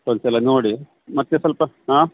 ಒಂದ್ಸಲ ನೋಡಿ ಮತ್ತು ಸ್ವಲ್ಪ ಹಾಂ